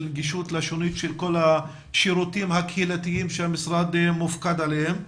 נגישות לשונות של כל השירותים הקהילתיים שהמשרד מופקד עליהם.